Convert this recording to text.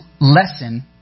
lesson